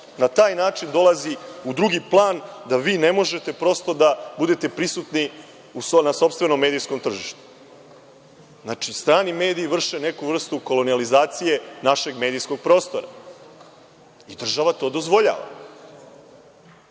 na taj način dolazi u drugi plan da vi ne možete prosto da budete prisutni na sopstvenom medijskom tržištu? Znači, strani mediji vrše neku vrstu kolonijalizacije našeg medijskog prostora i država to dozvoljava.